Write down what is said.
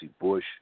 Bush